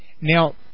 Now